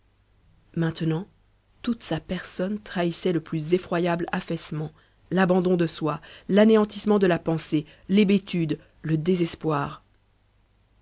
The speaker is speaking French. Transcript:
maintenant toute sa personne trahissait le plus effroyable affaissement l'abandon de soi l'anéantissement de la pensée l'hébétude le désespoir